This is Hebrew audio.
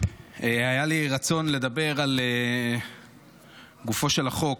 היה לי רצון לדבר לגופו של החוק,